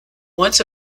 once